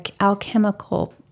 alchemical